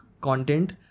content